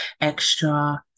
extra